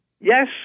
yes